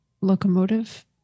locomotive